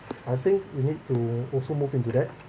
I think we need to also move into that